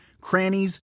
crannies